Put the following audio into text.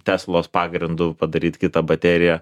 teslos pagrindu padaryt kitą bateriją